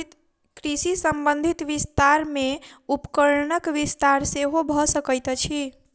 कृषि संबंधी विस्तार मे उपकरणक विस्तार सेहो भ सकैत अछि